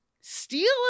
steal